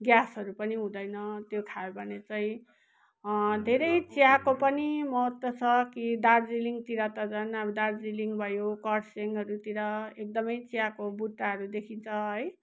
ग्यासहरू पनि हुँदैन त्यो खायो भने चाहिँ धेरै चियाको पनि महत्त्व छ कि दार्जिलिङतिर त झन् अब दार्जिलिङ भयो कर्सियङहरूतिर एकदमै चियाको बुट्टाहरू देखिन्छ है